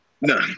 No